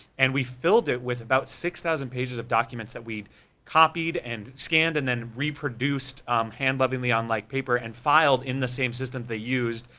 and we filled it with about six thousand pages of documents that we'd copied and scanned and then reproduced hand-lovingly on like paper, and filed in the same system they used,